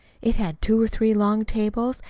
it had two or three long tables,